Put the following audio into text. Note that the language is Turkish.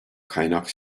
kaynak